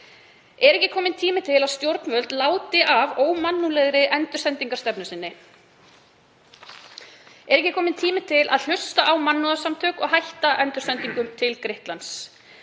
Er ekki kominn tími til að stjórnvöld láti af ómannúðlegri endursendingastefnu sinni? Er ekki kominn tími til að hlusta á mannúðarsamtök og hætta endursendingum til Grikklands?